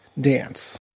Dance